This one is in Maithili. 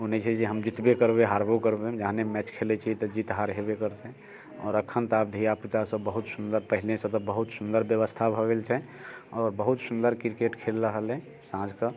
ओ नहि छै जे हम जीतबे करबै हारबो करबै जहाँ नहि मैच खेलैत छी तऽ जीत हार होयबे करतै आओर एखन तऽ आब धिआ पूता सब बहुत सुन्दर पहिनेसँ तऽ बहुत सुन्दर व्यवस्था भऽ गेल छै आओर बहुत सुन्दर क्रिकेट खेल रहल अइ साँझ कऽ